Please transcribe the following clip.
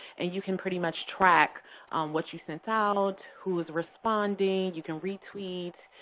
and you can pretty much track what you sent out, who is responding. you can re-tweet.